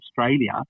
Australia